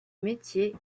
métier